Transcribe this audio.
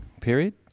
period